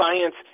Science